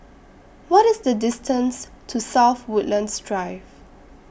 What IS The distance to South Woodlands Drive